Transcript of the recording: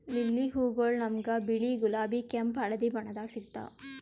lily ಹೂವಗೊಳ್ ನಮ್ಗ್ ಬಿಳಿ, ಗುಲಾಬಿ, ಕೆಂಪ್, ಹಳದಿ ಬಣ್ಣದಾಗ್ ಸಿಗ್ತಾವ್